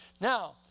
Now